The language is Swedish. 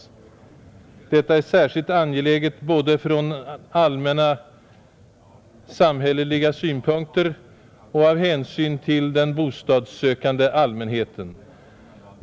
Detta är särskilt angeläget både från allmänna samhälleliga synpunkter och av hänsyn till den bostadssökande allmänheten.